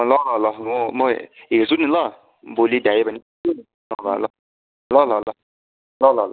ल ल म म हेर्छु नि ल भोलि भ्याए भने आउँछु नभए ल ल ल ल ल ल